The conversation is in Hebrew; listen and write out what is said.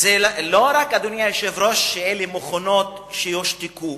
אדוני היושב-ראש, לא רק מכונות יושתקו.